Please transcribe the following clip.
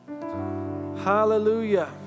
Hallelujah